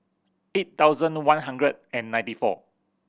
eight thousand one hundred and ninety four